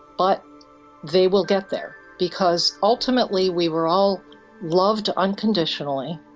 but they will get there because ultimately we were all loved unconditionally,